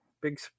big